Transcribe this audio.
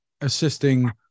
assisting